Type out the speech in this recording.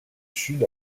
sud